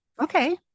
Okay